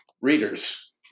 Readers